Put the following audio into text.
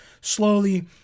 Slowly